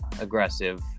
aggressive